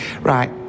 Right